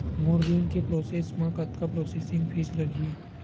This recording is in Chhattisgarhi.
मोर ऋण के प्रोसेस म कतका प्रोसेसिंग फीस लगही?